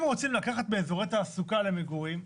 אם רוצים לקחת מאזורי תעסוקה למגורים,